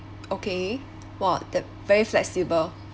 okay !wah! th~ very flexible